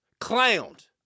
Clowned